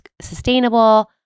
sustainable